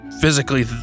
physically